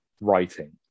writing